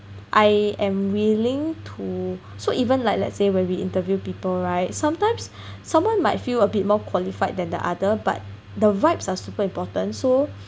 I am willing to so even like let's say when we interview people right sometimes someone might feel a bit more qualified than the other but the vibes are super important so